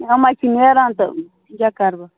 یِم حَظ چھِ نیران تہٕ وۄنۍ کیٛاہ کَرٕ بہٕ